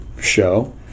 show